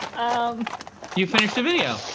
um you've finished a video.